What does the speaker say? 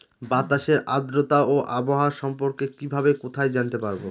বাতাসের আর্দ্রতা ও আবহাওয়া সম্পর্কে কিভাবে কোথায় জানতে পারবো?